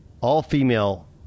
all-female